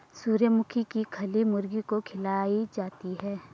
सूर्यमुखी की खली मुर्गी को खिलाई जाती है